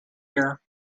here